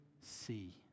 see